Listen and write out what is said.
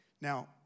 Now